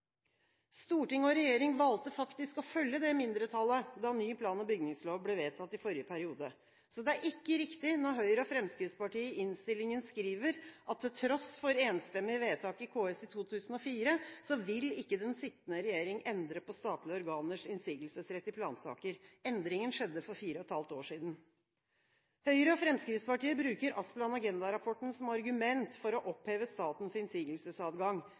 Storting og regjering valgte faktisk å følge det mindretallet da ny plan- og bygningslov ble vedtatt i forrige periode. Så det er ikke riktig når Høyre og Fremskrittspartiet i innstillingen skriver at til tross for enstemmig vedtak i KS i 2004, vil ikke den sittende regjering endre på statlige organers innsigelsesrett i plansaker. Endringen skjedde for fire og et halvt år siden. Høyre og Fremskrittspartiet bruker Asplan/Agenda-rapporten som argument for å oppheve statens innsigelsesadgang.